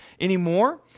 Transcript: anymore